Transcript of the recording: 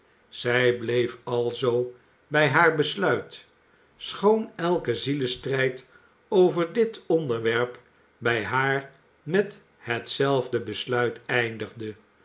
zij bleef alzoo bij haar besluit schoon elke zielestrijd over dit onderwerp bij haar met hetzelfde besluit eindigde